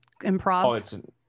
improv